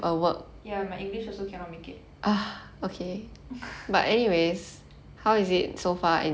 ya my english also cannot make it